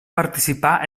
participar